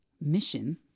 mission